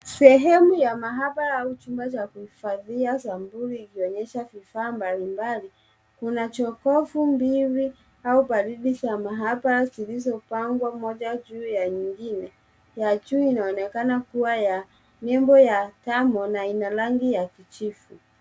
Sehemu ya maabara au chumba cha kuhifadhia sampuli ikionyesha vifaa mbalimbali. Kuna jokofu mbili au baridi za maabara zilizopangwa moja juu ya nyingine. Ya juu inaonekana kuwa ya nembo ya Thermo na ina rangi ya kijivu.